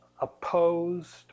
opposed